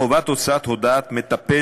חובת הוצאת הודעת מטפל,